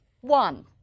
one